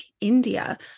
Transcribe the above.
India